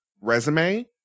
resume